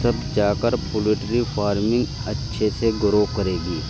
تب جا کر پولٹری فارمنگ اچھے سے گرو کرے گی